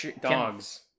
dogs